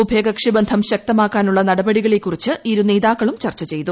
ഉഭയകക്ഷി ബന്ധം ശക്തമാക്കാനുള്ള നടപടികളെക്കുറിച്ച് ഇരു നേതാക്കളും ചർച്ച ചെയ്തു